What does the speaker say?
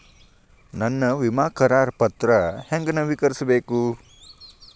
ನನ್ನ ವಿಮಾ ಕರಾರ ಪತ್ರಾ ಹೆಂಗ್ ನವೇಕರಿಸಬೇಕು?